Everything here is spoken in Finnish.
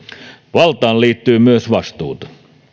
valtaan liittyy myös vastuuta